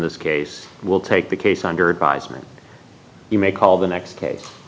this case will take the case under advisement you may call the next case